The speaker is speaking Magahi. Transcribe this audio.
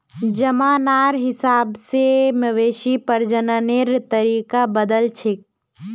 जमानार हिसाब से मवेशी प्रजननेर तरीका बदलछेक